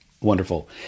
wonderful